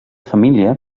família